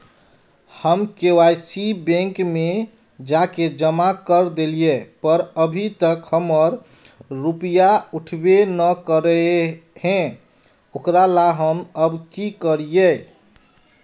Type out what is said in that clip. हम KYC bank में जाके जमा कर देलिए पर अभी तक हमर रुपया उठबे न करे है ओकरा ला हम अब की करिए?